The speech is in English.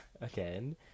again